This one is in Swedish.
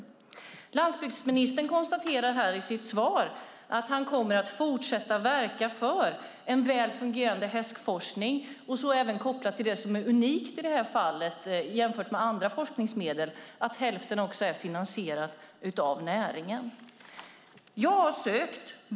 Landsbygdsministern konstaterar i sitt svar att han kommer att fortsätta verka för en väl fungerande hästforskning och även kopplat till det som är unikt i detta fall jämfört med andra forskningsmedel, nämligen att hälften är finansierat av näringen.